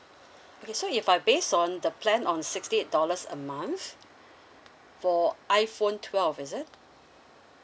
okay so if I based on the plan on sixty eight dollars a month for iphone twelve is it